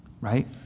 right